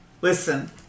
Listen